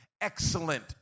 excellent